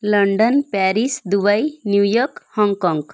London Paris Dubai New York Hong Kong